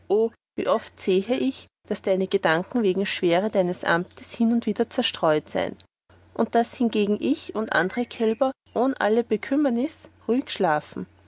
wie oft sehe ich daß deine gedanken wegen schwere deines amts hin und wieder zerstreut sein und daß hingegen ich und andere kälber ohn alle bekümmernüs ruhig schlafen